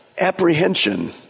apprehension